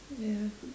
ya